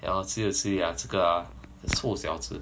then I'll see ah you see uh 这个臭小子